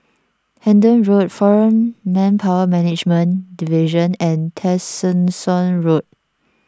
Hendon Road foreign Manpower Management Division and Tessensohn Road